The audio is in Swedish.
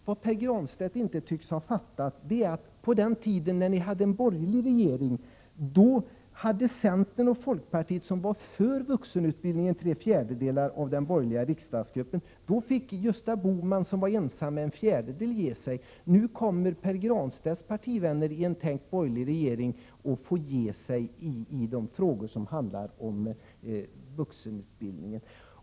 Vad Pär Granstedt inte tycks ha fattat är att på den tiden då vi hade borgerlig regering utgjorde centern och folkpartiet, som var för vuxenutbildning, tre fjärdedelar av den borgerliga riksdagsgruppen. Då fick Gösta Bohman och moderaterna, som var ensamma om sin uppfattning och som endast utgjorde en fjärdedel av den borgerliga riksdagsgruppen, ge sig. I en tänkt borgerlig regering kommer Pär Granstedt och hans partivänner dock att få ge sig i de frågor som handlar om vuxenutbildningen.